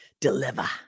deliver